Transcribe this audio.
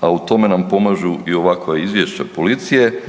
a u tome nam pomažu i ovakva izvješća policije